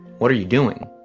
what are you doing?